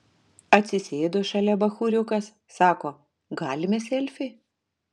atsisėdo šalia bachūriukas sako galime selfį